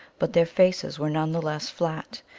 but their faces were none the less flat.